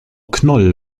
knoll